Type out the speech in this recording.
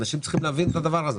אנשים צריכים את הדבר הזה.